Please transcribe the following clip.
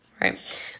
Right